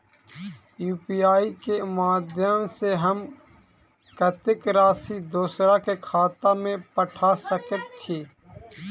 UPI केँ माध्यम सँ हम कत्तेक राशि दोसर केँ खाता मे पठा सकैत छी?